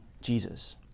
Jesus